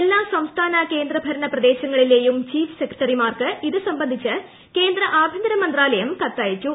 എല്ലാ സംസ്ഥാന കേന്ദ്രഭരണ പ്രദേശങ്ങളിലെയും ചീഫ് സെക്രട്ടറിമാർക്ക് ഇത് സംബന്ധിച്ച് കേന്ദ്ര ആഭ്യന്തര മന്ത്രാലയം കത്തയച്ചു